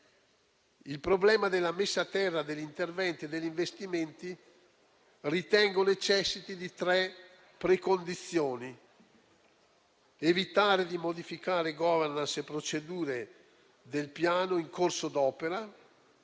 del Piano. La messa a terra degli interventi e degli investimenti ritengo necessiti di tre precondizioni: evitare di modificare *governance* e procedure del Piano in corso d'opera;